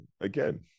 Again